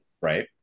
right